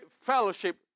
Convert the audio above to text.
fellowship